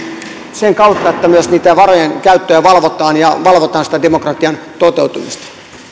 sen kautta että myös niiden varojen käyttöä valvotaan ja valvotaan sitä demokratian toteutumista